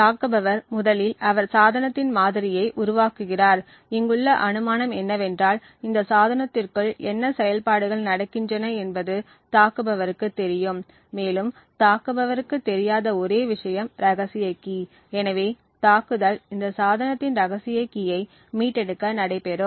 தாக்குபவர் முதலில் அவர் சாதனத்தின் மாதிரியை உருவாக்குகிறார் இங்குள்ள அனுமானம் என்னவென்றால் இந்த சாதனத்திற்குள் என்ன செயல்பாடுகள் நடக்கின்றன என்பது தாக்குபவருக்குத் தெரியும் மேலும் தாக்குபவருக்குத் தெரியாத ஒரே விஷயம் ரகசிய கீ எனவே தாக்குதல் இந்த சாதனத்தின் ரகசிய கீயை மீட்டெடுக்க நடை பெறும்